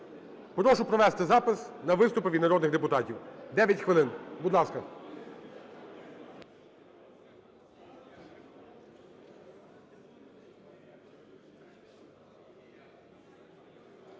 Прошу провести запис на виступи від народних депутатів - 9 хвилин. Будь ласка,